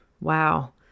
wow